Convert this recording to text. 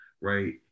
right